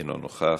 אינו נוכח,